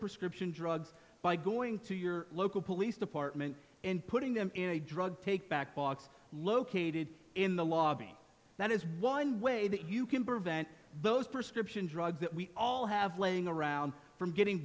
prescription drugs by going to your local police department and putting them in a drug take back box located in the lobby that is wind way that you can prevent those prescription drugs that we all have laying around from getting